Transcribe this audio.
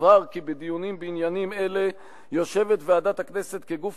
הובהר כי בדיונים בעניינים אלה יושבת ועדת הכנסת כגוף